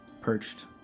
perched